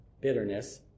bitterness